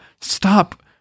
stop